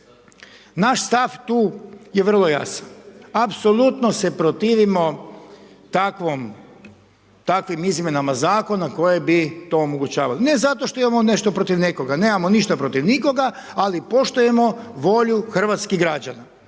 Naš stav tu je vrlo jasan, apsolutno se protivimo takvim izmjenama zakona koje bi to omogućavale. Ne zato što imamo nešto protiv nekoga, nemamo ništa protiv nikoga ali poštujemo volju hrvatskih građana.